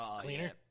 Cleaner